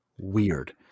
weird